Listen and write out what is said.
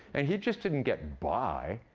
and he just didn't get by.